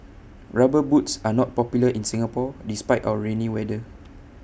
rubber boots are not popular in Singapore despite our rainy weather